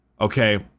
okay